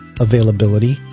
availability